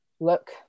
Look